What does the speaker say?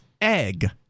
egg